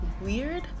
weird